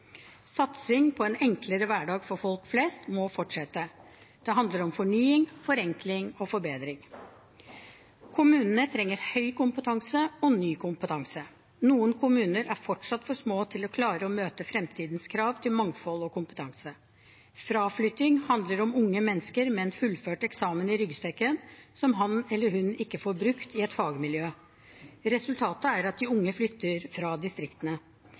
Satsing på en enklere hverdag for folk flest må fortsette. Det handler om fornying, forenkling og forbedring. Kommunene trenger høy kompetanse og ny kompetanse. Noen kommuner er fortsatt for små til å klare å møte fremtidens krav til mangfold og kompetanse. Fraflytting handler om unge mennesker med en fullført eksamen i ryggsekken som de ikke får brukt i et fagmiljø. Resultatet er at de unge flytter fra distriktene.